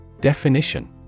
Definition